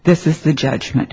this is the judgment